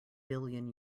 billion